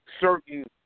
certain